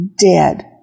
dead